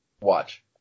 Watch